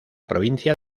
provincia